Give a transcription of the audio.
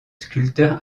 sculpteur